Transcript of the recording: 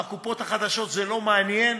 בקופות החדשות זה לא מעניין,